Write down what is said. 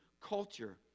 culture